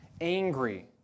angry